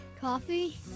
coffee